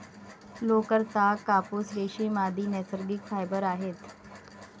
लोकर, ताग, कापूस, रेशीम, आदि नैसर्गिक फायबर आहेत